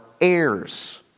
heirs